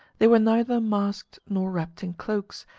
they were neither masked nor wrapped in cloaks,